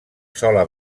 sola